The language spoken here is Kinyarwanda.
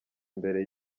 mbere